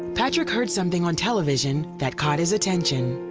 patrick heard something on television that caught his attention.